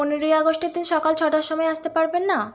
পনেরোই আগস্টের দিন সকাল ছটার সময় আসতে পারবেন না